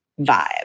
vibe